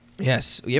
Yes